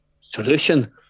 solution